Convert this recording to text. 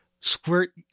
squirt